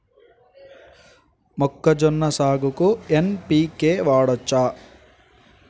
మొక్కజొన్న సాగుకు ఎన్.పి.కే వాడచ్చా?